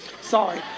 Sorry